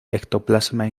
ectoplasmas